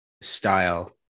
style